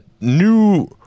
new